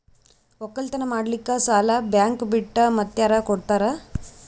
ಒಕ್ಕಲತನ ಮಾಡಲಿಕ್ಕಿ ಸಾಲಾ ಬ್ಯಾಂಕ ಬಿಟ್ಟ ಮಾತ್ಯಾರ ಕೊಡತಾರ?